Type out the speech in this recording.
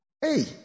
Hey